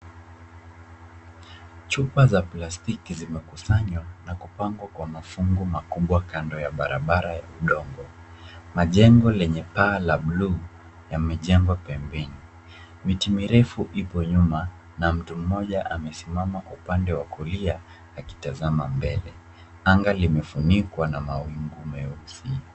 Chupa za plastiki zimekusanywa na kupangwa kwa mafungu makubwa kando ya barabara ya udongo. Majengo lenye paa la bluu yamejengwa pembeni. Miti mirefu ipo nyuma na mtu mmoja amesimama upande wa kulia akitazama mbele. Anga limefunikwa na mawingu meusi.